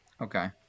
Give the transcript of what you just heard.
Okay